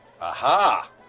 Aha